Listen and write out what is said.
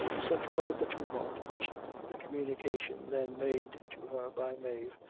such was the tumult which the communication then made to her by mave,